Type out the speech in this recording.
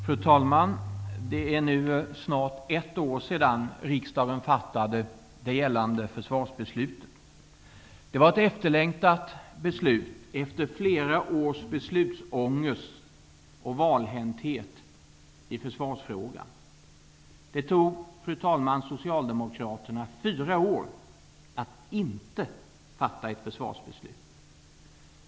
Fru talman! Det är nu snart ett år sedan riksdagen fattade det gällande försvarsbeslutet. Det var ett efterlängtat beslut efter flera års beslutsångest och valhänthet i försvarsfrågan. Det tog, fru talman, socialdemokraterna fyra år att inte fatta ett försvarsbeslut.